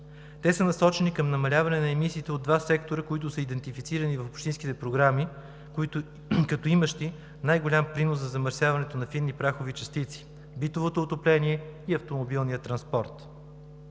Те са насочени към намаляване на емисиите от два сектора, които са идентифицирани в общинските програми като имащи най-голям принос за замърсяването с фини прахови частици – битовото отопление и автомобилният транспорт.